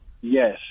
Yes